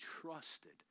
trusted